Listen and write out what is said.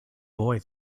boy